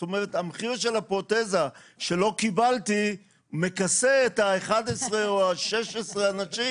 מחיר הפרוטזה שלא קיבלתי מכסה את ה-11 או את ה-16 האנשים.